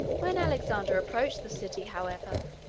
when alexander approached the city, however,